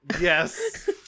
Yes